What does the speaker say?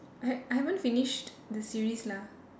I I haven't finish the series lah